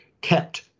kept